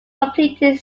completing